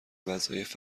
وظایف